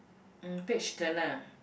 mm page turner